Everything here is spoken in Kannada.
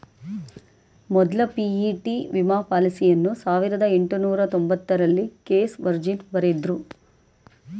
ಮೊದ್ಲ ಪಿ.ಇ.ಟಿ ವಿಮಾ ಪಾಲಿಸಿಯನ್ನ ಸಾವಿರದ ಎಂಟುನೂರ ತೊಂಬತ್ತರಲ್ಲಿ ಕ್ಲೇಸ್ ವರ್ಜಿನ್ ಬರೆದ್ರು